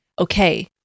okay